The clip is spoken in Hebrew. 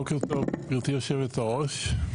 בוקר טוב גברתי יושבת הראש,